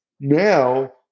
Now